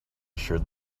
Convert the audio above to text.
sheared